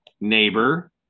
neighbor